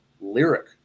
lyric